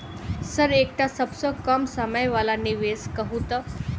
Sir एकटा सबसँ कम समय वला निवेश कहु तऽ?